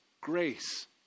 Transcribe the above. grace